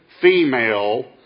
female